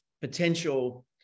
potential